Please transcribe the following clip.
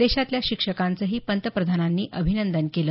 देशातल्या शिक्षकांचंही पंतप्रधानांनी अभिनंदन केलं